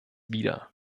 wieder